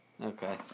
Okay